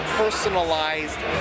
personalized